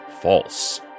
false